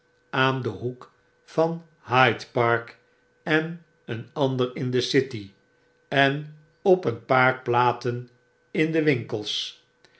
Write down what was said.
aan den noek van hyde park en een ander in de city en op eenpaar platen in de winkels